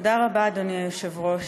תודה רבה, אדוני היושב-ראש.